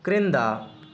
క్రింద